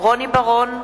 רוני בר-און,